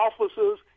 officers